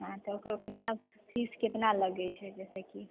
हँ तऽ ओकरो कितना फीस कितना लगै छै जइसे कि